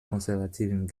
konservativen